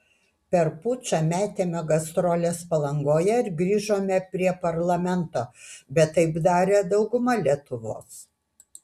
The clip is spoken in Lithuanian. per pučą metėme gastroles palangoje ir grįžome prie parlamento bet taip darė dauguma lietuvos